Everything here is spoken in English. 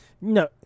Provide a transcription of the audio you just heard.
No